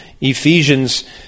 Ephesians